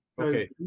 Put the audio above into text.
Okay